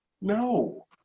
no